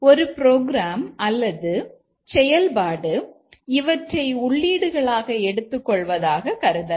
ஒரு ப்ரோக்ராம் அல்லது செயல்பாடு இவற்றை உள்ளீடுகளாக எடுத்துக் கொள்வதாக கருதலாம்